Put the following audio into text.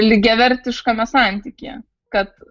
lygiavertiškame santykyje kad